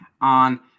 on